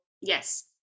Yes